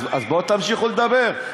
אז בואו תמשיכו לדבר.